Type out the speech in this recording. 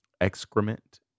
excrement